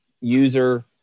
user